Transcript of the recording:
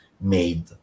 made